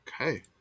Okay